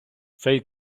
цей